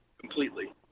completely